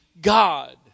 God